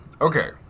Okay